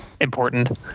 important